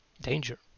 Danger